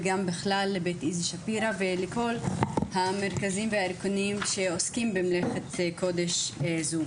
ובכלל לבית איזי שפירא ולכל המרכזים והארגונים שעוסקים במלאכת קודש זאת.